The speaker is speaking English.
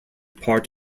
part